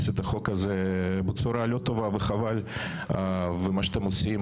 את החוק הזה בצורה לא טובה וחבל כי מה שאתם עושים,